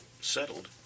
settled